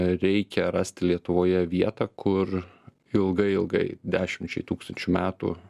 reikia rasti lietuvoje vietą kur ilgai ilgai dešimčiai tūkstančių metų